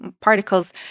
particles